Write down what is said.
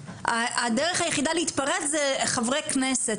הדרך היחידה להתפרץ זה חברי כנסת,